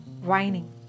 whining